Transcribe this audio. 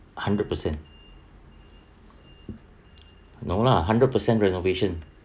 hundred percent no lah hundred percent renovation